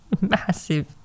massive